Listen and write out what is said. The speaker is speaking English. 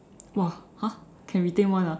!wow! !huh! can retain [one] ah